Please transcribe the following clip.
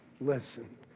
Listen